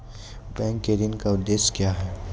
Bank के ऋण का उद्देश्य क्या हैं?